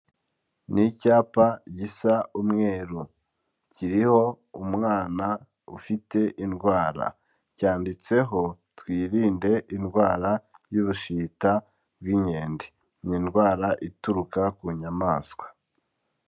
Ni icyapa gisa umweru kiriho umwana ufite indwara, cyanditseho twirinde indwara y'ubushita bw'inkende, ni indwara ituruka ku nyamaswa.